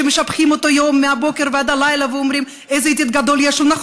שמשבחים אותו מהבוקר ועד הלילה ואומרים: איזה ידיד גדול יש לנו,